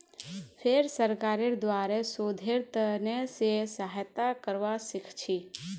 फेर सरकारेर द्वारे शोधेर त न से सहायता करवा सीखछी